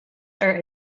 are